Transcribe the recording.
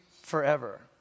forever